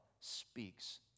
speaks